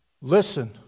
Listen